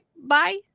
bye